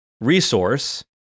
resource